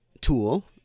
tool